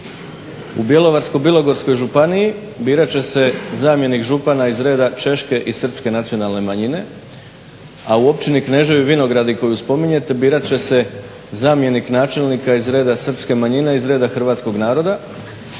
U Bjelovarsko-bilogorskoj županiji birat će se zamjenik župana iz reda češke i srpske nacionalne manjine, a u općini Kneževi Vinogradi koju spominjete birat će se zamjenik načelnika iz reda srpske manjine, iz reda hrvatskog naroda